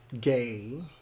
gay